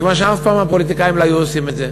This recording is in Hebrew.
מכיוון שאף פעם הפוליטיקאים לא היו עושים את זה.